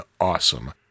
awesome